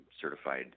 certified